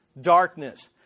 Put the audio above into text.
Darkness